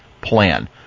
plan